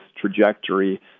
trajectory